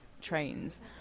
trains